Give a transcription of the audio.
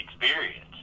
experience